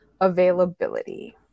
availability